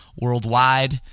worldwide